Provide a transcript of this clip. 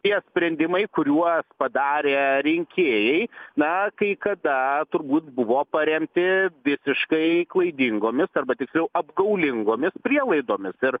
tie sprendimai kuriuos padarė rinkėjai na kai kada turbūt buvo paremti visiškai klaidingomis arba tiksliau apgaulingomis prielaidomis ir